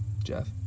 Jeff